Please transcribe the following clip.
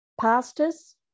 pastors